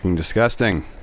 Disgusting